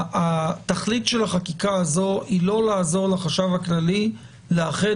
התכלית של החקיקה הזו היא לא לעזור לחשב הכללי לאחד